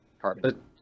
carbon